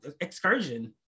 excursion